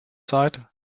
seid